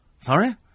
Sorry